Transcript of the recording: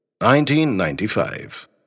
1995